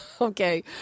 Okay